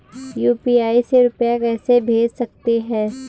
UPI से रुपया कैसे भेज सकते हैं?